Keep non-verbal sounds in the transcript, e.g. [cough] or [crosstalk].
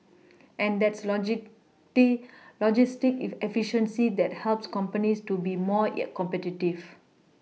and that's [unintelligible] logistic [unintelligible] efficiency that helps companies to be more [unintelligible] competitive